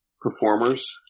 performers